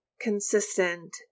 Consistent